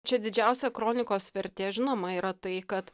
čia didžiausia kronikos vertė žinoma yra tai kad